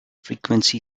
frequency